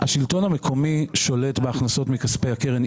השלטון המקומי שולט בהכנסות מכספי הקרן.